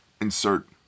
insert